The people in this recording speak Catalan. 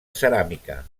ceràmica